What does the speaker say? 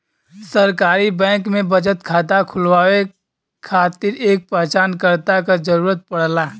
सरकारी बैंक में बचत खाता खुलवाये खातिर एक पहचानकर्ता क जरुरत पड़ला